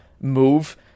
move